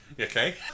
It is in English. okay